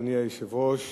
אדוני היושב-ראש,